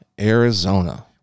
Arizona